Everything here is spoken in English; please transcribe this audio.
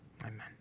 Amen